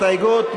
יוסף ג'בארין,